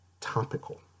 topical